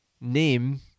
name